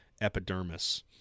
epidermis